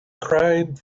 cried